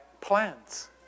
plans